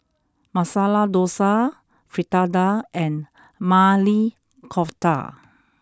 Masala Dosa Fritada and Maili Kofta